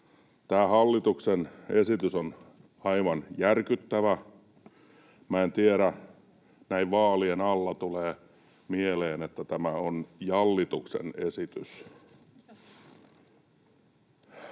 Tämä hallituksen esitys on aivan järkyttävä. Minä en tiedä, näin vaalien alla tulee mieleen, että tämä on jallituksen esitys.